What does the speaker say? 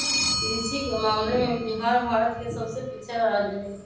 कृषि के मामले में बिहार भारत के सबसे पिछड़ा राज्य हई